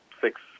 six